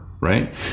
right